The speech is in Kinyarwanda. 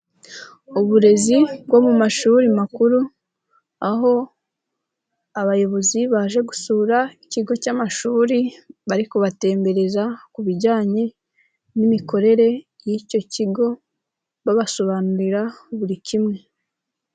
Uburezi bwo mu mashuri makuru, aho abayobozi baje gusura ikigo cy'amashuri, bari kubatembereza ku bijyanye n'imikorere y'icyo kigo, babasobanurira buri kimwe.